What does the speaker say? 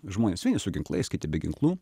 žmonės vieni su ginklais kiti be ginklų